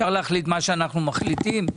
אפשר להחליט מה שאנחנו מחליטים.